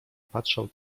patrzał